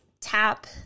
tap